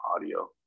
audio